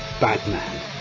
Batman